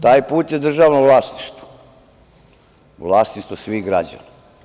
Taj put je državno vlasništvo, vlasništvo svih građana.